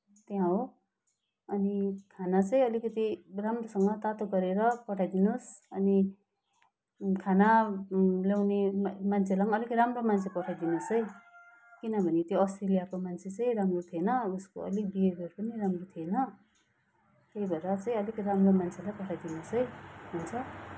त्यहाँ हो अनि खाना चाहिँ अलिकति राम्रोसँग तातो गरेर पठाइ दिनुहोस् अनि खाना ल्याउने मान्छेलाई पनि अलिक राम्रो मान्छे पठाइ दिनुहोस् है किनभने त्यो अस्ति ल्याएको मान्छे चाहिँ राम्रो थिएन उसको अलिक बिहेबियर पनि राम्रो थिएन त्यही भएर चाहिँ अलिक राम्रो मान्छेलाई पठाइदिनु होस् है हुन्छ